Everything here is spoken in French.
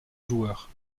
joueurs